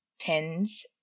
pins